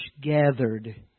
gathered